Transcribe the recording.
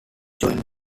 joined